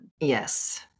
Yes